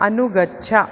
अनुगच्छ